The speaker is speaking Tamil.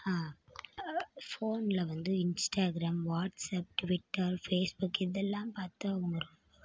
ஃபோனில் வந்து இன்ஸ்டாகிராம் வாட்ஸ்அப் டுவிட்டர் ஃபேஸ்புக் இதெல்லாம் பார்த்து அவங்க ரொம்ப